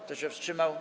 Kto się wstrzymał?